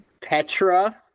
Petra